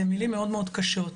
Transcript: מילים מאוד מאוד קשות.